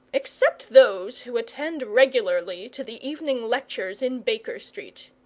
except those who attend regularly to the evening lectures in baker street.